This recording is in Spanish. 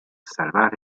salvar